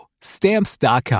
Stamps.com